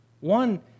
One